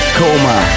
coma